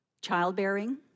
Childbearing